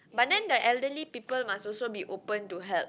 but then the elderly people must also be open to help